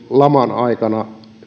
laman aikana